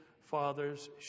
father's